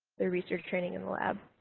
the research training in the lab.